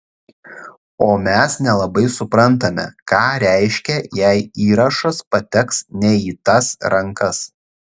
o mes nelabai suprantame ką reiškia jei įrašas pateks ne į tas rankas